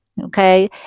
Okay